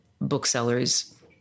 booksellers